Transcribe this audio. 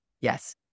Yes